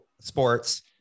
sports